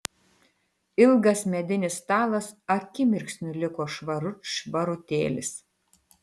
ilgas medinis stalas akimirksniu liko švarut švarutėlis